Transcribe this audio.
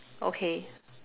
okay